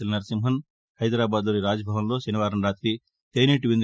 L Narasimhan Hyderabad లోని రాజ్భవన్లో శనివారం రాతి తేనీటి విందు